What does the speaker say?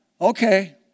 okay